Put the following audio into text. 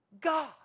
God